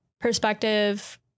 perspective